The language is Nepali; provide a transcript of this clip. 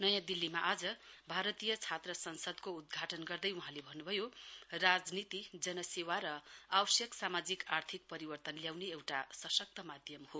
नयाँ दिल्लीमा आज भारतीय छात्र संसदको उद्घाटन गर्दै वहाँले भन्न्भयो राजनीति जनसेवा र आवश्यक सामाजिक आर्थिक परिवर्तन ल्याउने एउटा सशक्त माध्यम हो